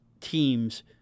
teams